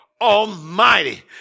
Almighty